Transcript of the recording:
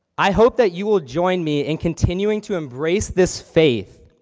i hope that you'll join me in continuing to embrace this faith,